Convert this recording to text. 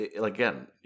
again